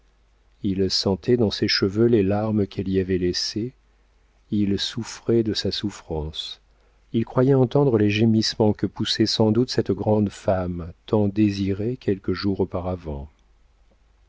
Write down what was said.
il sentait dans ses cheveux les larmes qu'elle y avait laissées il souffrait de sa souffrance il croyait entendre les gémissements que poussait sans doute cette grande femme tant désirée quelques jours auparavant